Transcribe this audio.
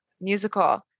musical